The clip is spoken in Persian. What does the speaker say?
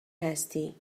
هستی